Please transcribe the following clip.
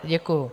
Děkuju.